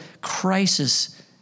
crisis